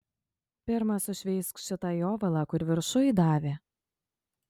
pirma sušveisk šitą jovalą kur viršuj davė